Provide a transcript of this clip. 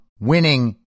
winning